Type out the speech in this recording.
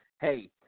hey